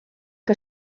que